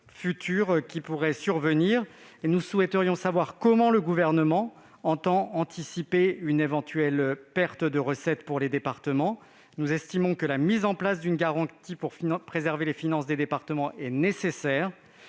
nouvelle crise surviendrait. Nous souhaiterions savoir comment le Gouvernement entend anticiper une éventuelle perte de recettes pour les départements. Nous estimons que la mise en place d'une garantie pour préserver les finances des départements est nécessaire,